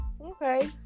okay